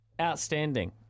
Outstanding